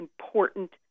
important